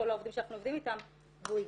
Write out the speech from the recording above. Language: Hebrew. אנחנו מזמינים את כל העובדים שאנחנו עובדים איתם,